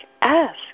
ask